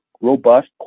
robust